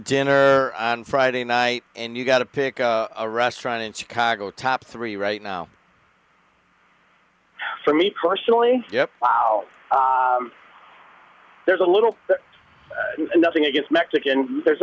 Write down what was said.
dinner on friday night and you got to pick a restaurant in chicago top three right now for me personally wow there's a little nothing against mexican there's